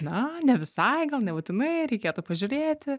na ne visai gal nebūtinai reikėtų pažiūrėti